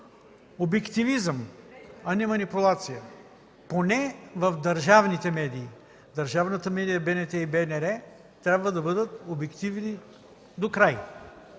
”Обективизъм, а не манипулация”, поне в държавните медии. Държавната медия БНТ и БНР трябва да бъдат обективни докрай,